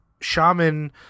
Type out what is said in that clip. shaman